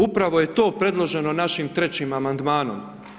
Upravo je to predloženo našim trećim amandmanom.